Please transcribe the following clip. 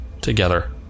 together